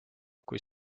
kui